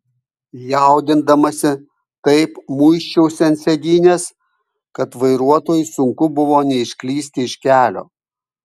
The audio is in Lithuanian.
jaudindamasi taip muisčiausi ant sėdynės kad vairuotojui sunku buvo neišklysti iš kelio